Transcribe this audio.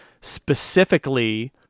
specifically